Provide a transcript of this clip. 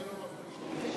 זה לא מפחיד.